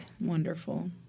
Wonderful